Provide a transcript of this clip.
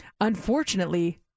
Unfortunately